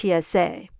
TSA